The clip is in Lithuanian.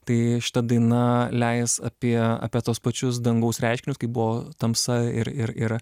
tai šita daina leis apie apie tuos pačius dangaus reiškinius kaip buvo tamsa ir ir ir